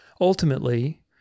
ultimately